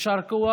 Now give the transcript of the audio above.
יישר כוח.